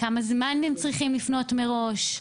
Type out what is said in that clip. כמה זמן הם צריכים לפנות מראש?